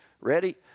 Ready